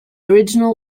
original